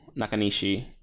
nakanishi